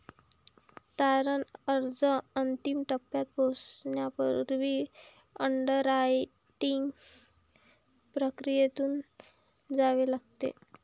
तारण अर्ज अंतिम टप्प्यात पोहोचण्यापूर्वी अंडररायटिंग प्रक्रियेतून जावे लागते